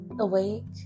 awake